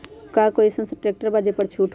का कोइ अईसन ट्रैक्टर बा जे पर छूट हो?